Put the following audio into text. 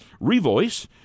Revoice